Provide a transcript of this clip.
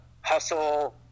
hustle